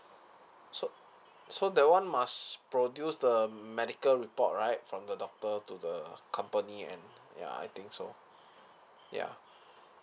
so so that [one] must produce the medical report right from the doctor to the company and ya I think so ya